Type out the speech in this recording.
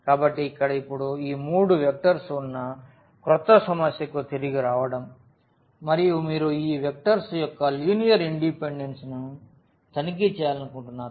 కాబట్టి ఇక్కడ ఇప్పుడు ఈ మూడు వెక్టర్స్ ఉన్న క్రొత్త సమస్యకు తిరిగి రావడం మరియు మీరు ఈ వెక్టర్స్ యొక్క లీనియర్ ఇండిపెండెన్స్ ని తనిఖీ చేయాలనుకుంటున్నారు